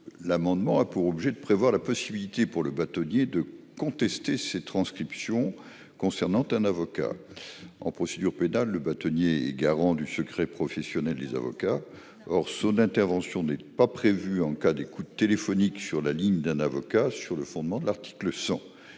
amendement a pour objet de prévoir la possibilité pour le bâtonnier de contester les transcriptions téléphoniques concernant un avocat. En procédure pénale, le bâtonnier est garant du secret professionnel des avocats. Or son intervention n'est pas prévue en cas d'écoute téléphonique sur la ligne d'un avocat sur le fondement de l'article 100